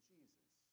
Jesus